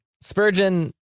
Spurgeon